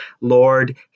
Lord